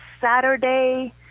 Saturday